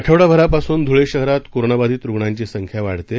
आठवडाभरापासून धुळे शहरात कोरोनाबाधित रुग्णांची संख्या वाढत आहे